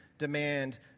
demand